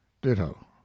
Ditto